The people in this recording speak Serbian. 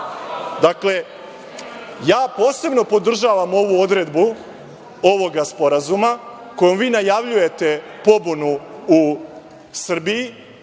posebno podržavam ovu odredbu ovoga sporazuma, kojom vi najavljujete pobunu u Srbiji,